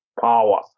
power